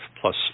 plus